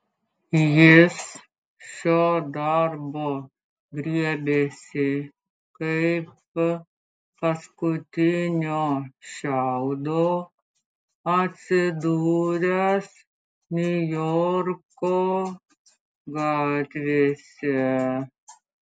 jis šio darbo griebėsi kaip paskutinio šiaudo atsidūręs niujorko gatvėse